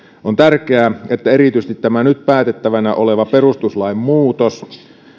on tärkeää että erityisesti tämä nyt päätettävänä oleva perustuslain muutos